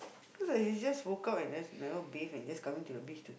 looks like she just woke up and then never bathe and then just coming to the beach to